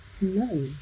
No